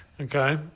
Okay